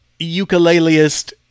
ukuleleist